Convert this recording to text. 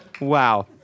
Wow